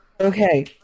Okay